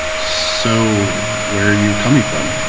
so where are you coming from?